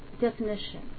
definition